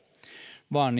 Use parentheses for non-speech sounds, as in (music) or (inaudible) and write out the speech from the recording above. vaan (unintelligible)